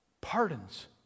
pardons